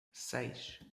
seis